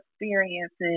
experiences